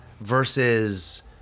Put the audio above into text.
versus